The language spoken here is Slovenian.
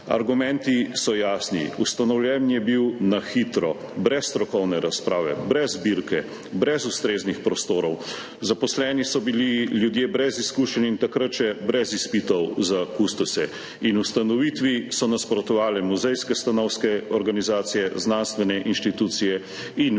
Argumenti so jasni, ustanovljen je bil na hitro, brez strokovne razprave, brez zbirke, brez ustreznih prostorov. Zaposleni so bili ljudje brez izkušenj in takrat še brez izpitov za kustose in ustanovitvi so nasprotovale muzejske stanovske organizacije, znanstvene inštitucije in veteranske